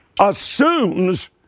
assumes